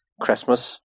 Christmas